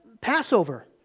Passover